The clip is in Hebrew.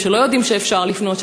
שלא יודעים שאפשר לפנות,